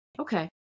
Okay